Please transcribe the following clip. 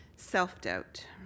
Self-doubt